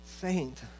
saint